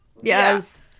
Yes